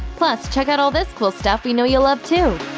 plus check out all this cool stuff we know you'll love, too!